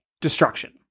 destruction